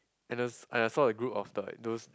and I I saw a group of like those